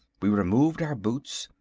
we removed our boots,